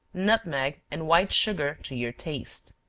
nutmeg and white sugar to your taste.